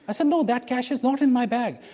i said no, that cash is not in my bag.